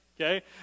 Okay